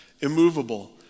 immovable